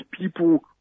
people